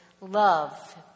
love